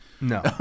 No